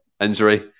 injury